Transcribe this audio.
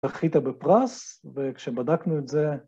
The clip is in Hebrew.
זכית בפרס, וכשבדקנו את זה...